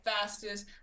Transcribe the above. fastest